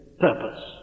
purpose